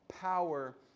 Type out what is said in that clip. power